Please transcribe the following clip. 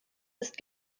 ist